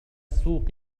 السوق